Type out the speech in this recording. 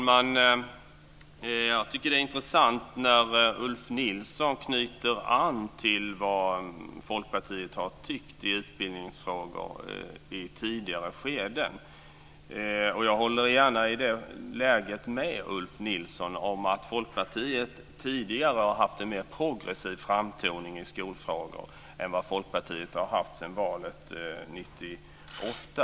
Fru talman! Ulf Nilsson knyter an till det som Folkpartiet har tyckt i utbildningsfrågor i ett tidigare skede, det tycker jag är intressant. Jag håller gärna med Ulf Nilsson om att Folkpartiet tidigare har haft en mer progressiv framtoning i skolfrågor än vad man har haft efter valet 1998.